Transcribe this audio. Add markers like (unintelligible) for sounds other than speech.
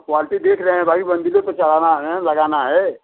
quality देख रहे हैं भाई (unintelligible) पे चढ़ाना है लगाना है